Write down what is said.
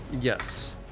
Yes